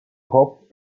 kopf